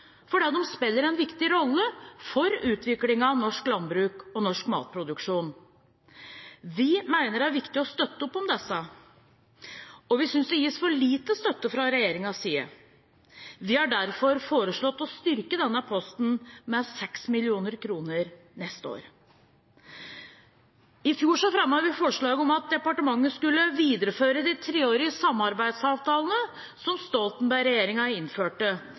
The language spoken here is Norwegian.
fordi de spiller en viktig rolle for utviklingen av norsk landbruk og norsk matproduksjon. Vi mener det er viktig å støtte opp om disse, og vi synes det gis for lite støtte fra regjeringens side. Vi har derfor foreslått å styrke denne posten med 6 mill. kr neste år. I fjor fremmet vi forslag om at departementet skulle videreføre de treårige samarbeidsavtalene som Stoltenberg-regjeringen innførte